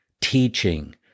teaching